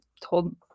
told